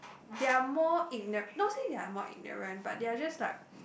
they are more igno~ not say they are more ignorant but they are just like